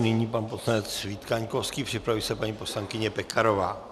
Nyní pan poslanec Vít Kaňkovský, připraví se paní poslankyně Pekarová.